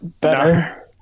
Better